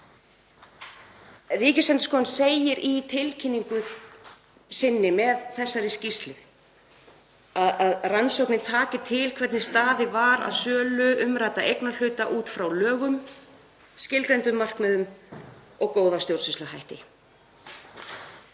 Ríkisendurskoðun segir í tilkynningu sinni með þessari skýrslu að rannsóknin taki til hvernig staðið var að sölu umræddra eignarhluta út frá lögum, skilgreindum markmiðum og góðum stjórnsýsluháttum.